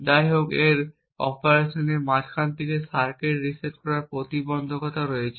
যাইহোক এর অপারেশনের মাঝখানে সার্কিট রিসেট করার নিজস্ব প্রতিবন্ধকতা রয়েছে